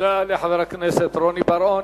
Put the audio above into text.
תודה לחבר הכנסת רוני בר-און.